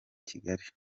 kigali